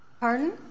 Pardon